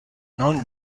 non